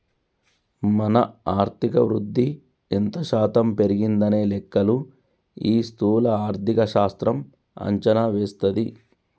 మన ఆర్థిక వృద్ధి ఎంత శాతం పెరిగిందనే లెక్కలు ఈ స్థూల ఆర్థిక శాస్త్రం అంచనా వేస్తది